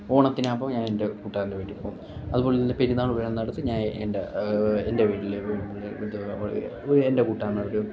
ഓണത്തിന് ആപ്പോ ഞാൻ എൻ്റെ കൂട്ടുകാരൻ്റെ വീട്ടി പോകും അതുപോലെ തന്നെ പെരുന്നാൾ വരുന്ന ദിവസം ഞാൻ എൻ്റെ എൻ്റെ വീട്ടിൽ എൻ്റെ കൂട്ടുകാരൻമാർക്ക്